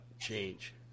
Change